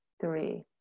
three